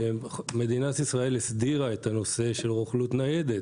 מדינת ישראל הסדירה את נושא הרוכלות הניידת